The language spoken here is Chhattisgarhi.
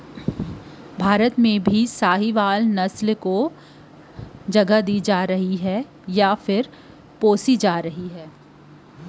भारत म घलो साहीवाल नसल ल पोसे जावत हे